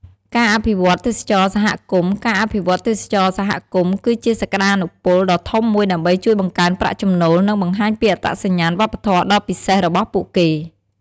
ការអភិវឌ្ឍន៍ទេសចរណ៍សហគមន៍ ការអភិវឌ្ឍន៍ទេសចរណ៍សហគមន៍ គឺជាសក្តានុពលដ៏ធំមួយដើម្បីជួយបង្កើនប្រាក់ចំណូល និងបង្ហាញពីអត្តសញ្ញាណវប្បធម៌ដ៏ពិសេសរបស់ពួកគេ។